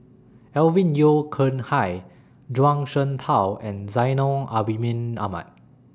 Alvin Yeo Khirn Hai Zhuang Shengtao and Zainal Abidin Ahmad